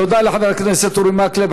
תודה לחבר הכנסת אורי מקלב.